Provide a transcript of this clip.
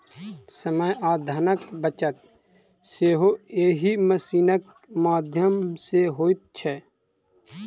समय आ धनक बचत सेहो एहि मशीनक माध्यम सॅ होइत छै